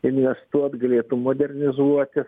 investuot galėtų modernizuoti